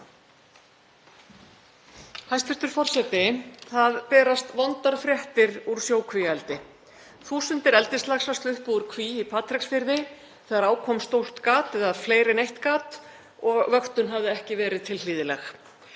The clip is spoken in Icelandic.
Hæstv. forseti. Það berast vondar fréttir úr sjókvíaeldi. Þúsundir eldislaxa sluppu úr kví í Patreksfirði þegar á kom stórt gat, eða fleiri en eitt gat, og vöktun hafði ekki verið tilhlýðileg.